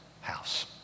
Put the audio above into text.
house